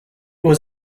was